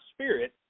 spirit